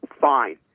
fine